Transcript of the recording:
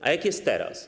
A jak jest teraz?